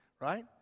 right